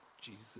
Jesus